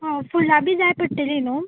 अ फुलां बी जाय पडटलीं न्हू